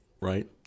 right